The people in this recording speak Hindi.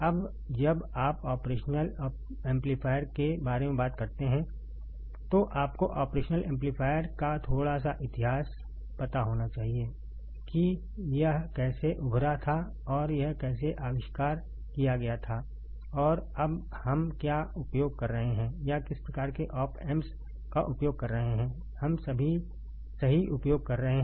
अब जब आप ऑपरेशन एम्पलीफायर के बारे में बात करते हैं तो आपको ऑपरेशनल एम्पलीफायर का थोड़ा सा इतिहास पता होना चाहिए कि यह कैसे उभरा था और यह कैसे आविष्कार किया गया था और अब हम क्या उपयोग कर रहे हैं या किस प्रकार के ऑप एम्प्स का उपयोग कर रहे हैं हम सभी सही उपयोग कर रहे हैं